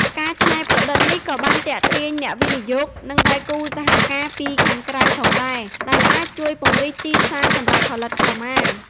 ការច្នៃប្រឌិតនេះក៏បានទាក់ទាញអ្នកវិនិយោគ និងដៃគូសហការពីខាងក្រៅផងដែរ ដែលអាចជួយពង្រីកទីផ្សារសម្រាប់ផលិតផលក្រមា។